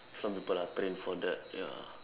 some people are trained for that ya